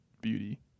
beauty